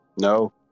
No